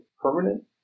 permanent